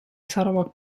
sarawak